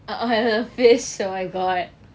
I have a face oh my god